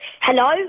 Hello